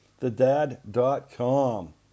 thedad.com